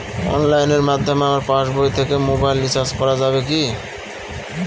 অনলাইনের মাধ্যমে আমার পাসবই থেকে মোবাইল রিচার্জ করা যাবে কি?